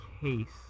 case